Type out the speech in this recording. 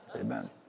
Amen